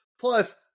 Plus